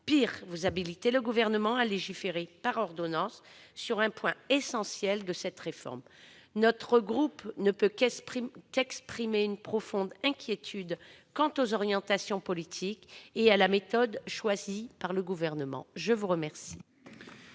soit habilité à légiférer par ordonnances sur un point essentiel de cette réforme. Notre groupe ne peut qu'exprimer une profonde inquiétude quant aux orientations politiques et à la méthode choisies par le Gouvernement. L'amendement